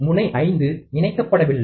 முனை 5 இணைக்கப்படவில்லை